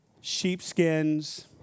sheepskins